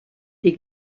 die